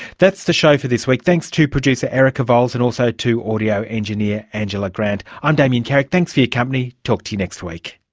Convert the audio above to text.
that's the show for this week. thanks to producer erica vowles and also to audio engineer angela grant. i'm damien carrick, thanks for your company, talk to you next week